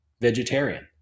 vegetarian